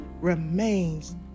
remains